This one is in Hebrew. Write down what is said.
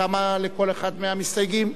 כמה לכל אחד מהמסתייגים?